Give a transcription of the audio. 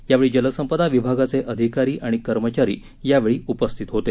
यावेळी जलसंपदा विभागाने अधिकारी आणि कर्मचारी यावेळी उपस्थित होते